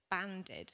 expanded